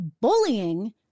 bullying